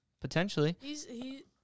potentially